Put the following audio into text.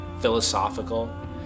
philosophical